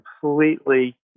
completely